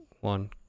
one